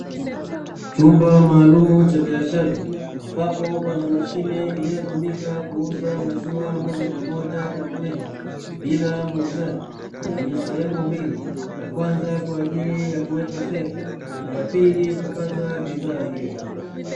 Chumba maalumu cha biashara ambapo kuna mashine inayotumika kuuza maziwa moja kwa moja kwa mteja bila muuzaji yenye sehemu mbili, ya kwanza kwa ajili ya kuweka fedha na ya pili kupata bidhaa hiyo.